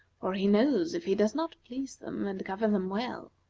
for he knows if he does not please them and govern them well,